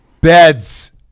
Beds